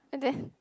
and then